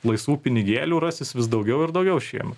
laisvų pinigėlių rasis vis daugiau ir daugiau šiemet